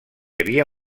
havia